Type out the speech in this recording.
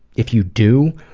if you do,